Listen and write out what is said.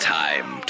time